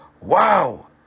wow